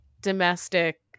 domestic